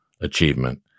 achievement